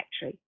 factory